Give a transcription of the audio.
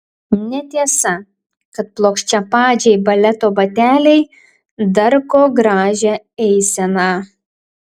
netiesa kad plokščiapadžiai baleto bateliai darko gražią eiseną